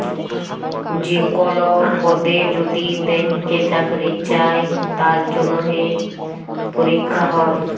যে কল পদে যদি ব্যাংকে চাকরি চাই তার জনহে পরীক্ষা হ্যয়